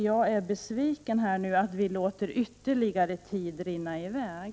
Jag är besviken över att vi låter ytterligare tid rinna i väg.